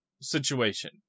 situation